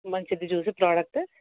మంచిది చూసి ప్రోడక్ట్